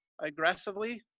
aggressively